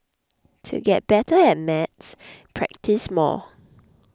to get better at maths practise more